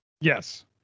Yes